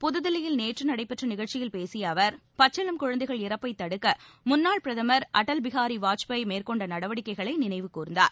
புதுதில்லியில் நேற்று நடைபெற்ற நிகழ்ச்சியில் பேசிய அவர் பச்சிளம் குழந்தைகள் இறப்பை தடுக்க முன்னாள் பிரதமர் அடல் பிஹாரி வாஜ்பாய் மேற்கொண்ட நடவடிக்கைகளை நினைவு கூர்ந்தார்